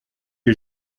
les